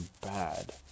bad